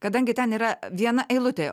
kadangi ten yra viena eilutė